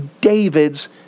David's